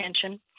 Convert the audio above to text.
attention